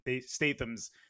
Statham's